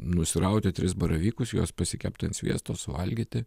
nusirauti tris baravykus juos pasikept ant sviesto suvalgyti